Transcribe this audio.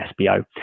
SBO